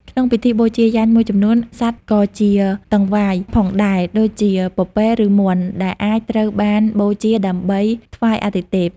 ក្នុងពិធីបូជាយញ្ញមួយចំនួន សត្វក៏ជាតង្វាផងដែរដូចជាពពែ ឬមាន់ ដែលអាចត្រូវបានបូជាដើម្បីថ្វាយអាទិទេព។